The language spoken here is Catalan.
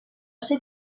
ser